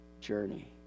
journey